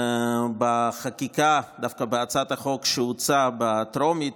בחקיקה, דווקא בהצעת החוק שהוצעה בטרומית,